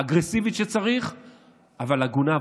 אגרסיבית כשצריך אבל הגונה והוגנת.